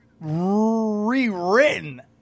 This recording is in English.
rewritten